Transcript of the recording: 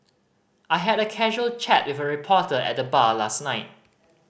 I had a casual chat with a reporter at the bar last night